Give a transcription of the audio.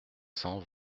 cent